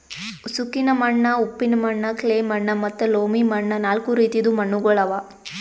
ಉಸುಕಿನ ಮಣ್ಣ, ಉಪ್ಪಿನ ಮಣ್ಣ, ಕ್ಲೇ ಮಣ್ಣ ಮತ್ತ ಲೋಮಿ ಮಣ್ಣ ನಾಲ್ಕು ರೀತಿದು ಮಣ್ಣುಗೊಳ್ ಅವಾ